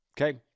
Okay